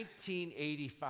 1985